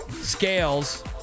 scales